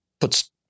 puts